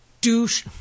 douche